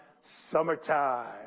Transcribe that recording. summertime